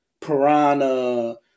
Piranha